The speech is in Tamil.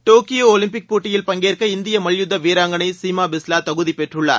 டோக்கியோ ஒலிம்பிக் போட்டியில் பங்கேற்க இந்திய மல்யுத்த வீராங்களை சீமா பிஸ்லா தகுதி பெற்றுள்ளார்